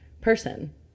person